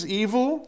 evil